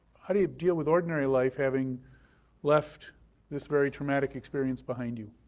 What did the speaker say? how do you deal with ordinary life having left this very traumatic experience behind you?